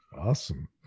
Awesome